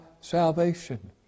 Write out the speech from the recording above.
salvation